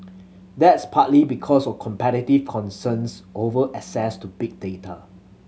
that's partly because of competitive concerns over access to big data